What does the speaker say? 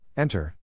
Enter